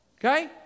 Okay